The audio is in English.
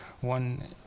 one